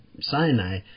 Sinai